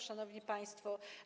Szanowni Państwo!